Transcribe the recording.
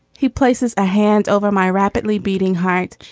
he places a hand over my rapidly beating heart.